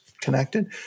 connected